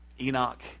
enoch